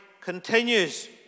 continues